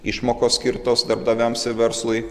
išmokos skirtos darbdaviams ir verslui